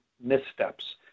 missteps